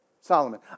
Solomon